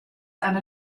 and